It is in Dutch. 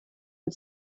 het